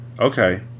Okay